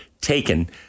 taken